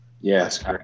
Yes